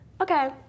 Okay